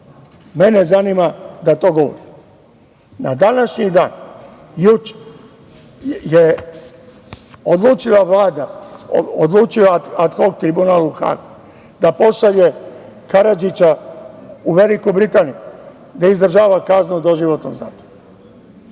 mene zanima da to govorim. Na današnji dan, juče, je odlučila Vlada, odlučila ad hok Tribunal u Hagu da pošalje Karadžića u Veliku Britaniju da izdržava kaznu doživotnog zatvora.